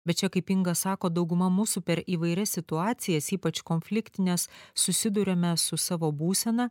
bet čia kaip inga sako dauguma mūsų per įvairias situacijas ypač konfliktines susiduriame su savo būsena